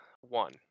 one